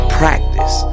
practice